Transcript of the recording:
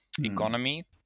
economy